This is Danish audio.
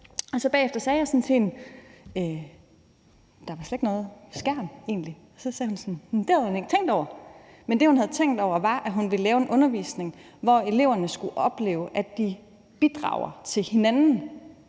dansk. Bagefter nævnte jeg for hende, at der slet ikke blev brugt skærm, og så sagde hun, at det havde hun ikke tænkt over, men det, hun havde tænkt over, var, at hun vil lave en undervisning, hvor eleverne skal opleve, at de bidrager med noget